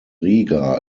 riga